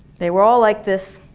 they were all like this.